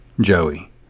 Joey